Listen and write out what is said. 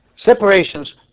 Separations